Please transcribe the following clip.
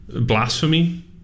blasphemy